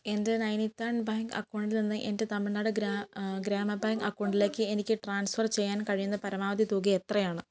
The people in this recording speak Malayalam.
എൻ്റെ നൈനിതാൾ ബാങ്ക് അക്കൗണ്ടിൽ നിന്ന് എൻ്റെ തമിഴ്നാട് ഗ്രാ ഗ്രാമ ബാങ്ക് അക്കൗണ്ടിലേക്ക് എനിക്ക് ട്രാൻസ്ഫർ ചെയ്യാൻ കഴിയുന്ന പരമാവധി തുക എത്രയാണ്